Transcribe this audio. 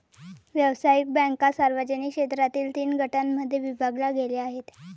व्यावसायिक बँका सार्वजनिक क्षेत्रातील तीन गटांमध्ये विभागल्या गेल्या आहेत